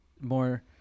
more